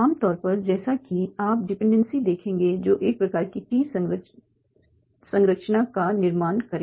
आमतौर पर जैसा कि आप डिपेंडेंसी देखेंगे जो एक प्रकार की ट्री संरचना का निर्माण करेगा